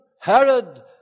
Herod